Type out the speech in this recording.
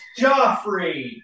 Joffrey